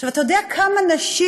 עכשיו, אתה יודע כמה נשים,